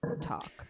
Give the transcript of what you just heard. talk